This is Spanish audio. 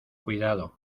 cuidado